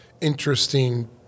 interesting